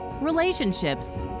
relationships